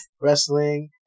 Wrestling